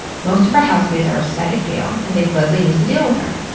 most of her housemates are upset at gail and thinks leslie needs to deal with her.